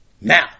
Now